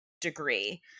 degree